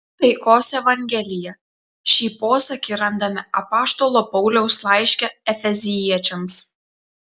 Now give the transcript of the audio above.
taikos evangelija šį posakį randame apaštalo pauliaus laiške efeziečiams